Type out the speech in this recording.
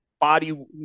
body